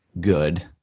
good